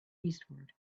eastward